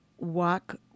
walk